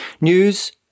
news